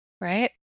right